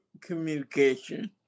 communication